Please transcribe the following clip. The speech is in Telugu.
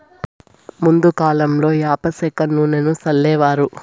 ముందు కాలంలో యాప సెక్క నూనెను సల్లేవారు